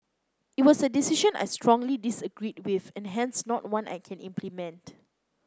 it was a decision I strongly disagreed with and hence not one I can implement